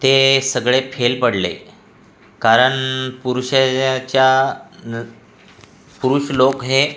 ते सगळे फेल पडले कारण पुरुषान् याच्या पुरुष लोक हे